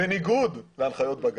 בניגוד להנחיות בג"ץ.